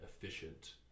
efficient